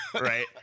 right